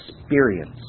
experience